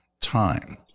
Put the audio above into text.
time